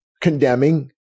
condemning